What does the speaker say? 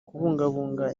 kubungabunga